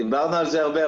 דיברנו על זה הרבה,